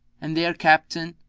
and their captain,